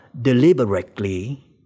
deliberately